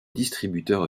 distributeurs